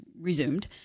resumed